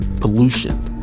pollution